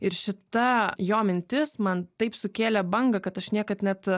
ir šita jo mintis man taip sukėlė bangą kad aš niekad net